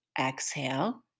exhale